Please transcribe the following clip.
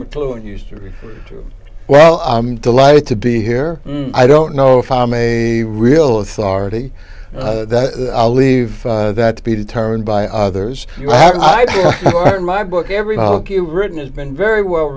mcluhan used to well i'm delighted to be here i don't know if i'm a real authority i'll leave that to be determined by others or in my book every hockey written has been very well